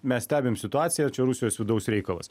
mes stebim situaciją čia rusijos vidaus reikalas